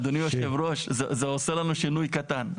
אדוני יושב הראש, זה עושה לנו שינוי קטן.